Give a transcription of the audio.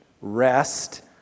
rest